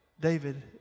David